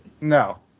No